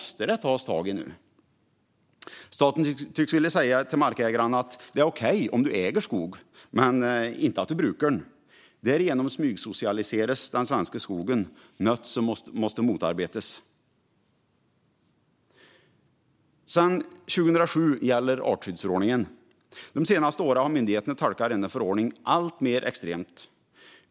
Staten tycks vilja säga till markägarna: "Det är okej om du äger skog men inte att du brukar den." Därigenom smygsocialiseras den svenska skogen, något som måste motarbetas. Sedan 2007 gäller artskyddsförordningen. De senaste åren har myndigheterna tolkat denna förordning alltmer extremt.